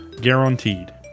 Guaranteed